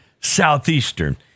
Southeastern